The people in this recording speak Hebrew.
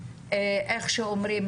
איך שאומרים,